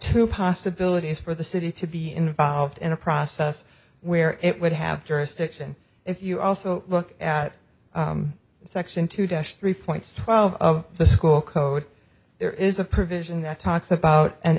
two possibilities for the city to be involved in a process where it would have jurisdiction if you also look at section two dash three points twelve of the school code there is a provision that talks about an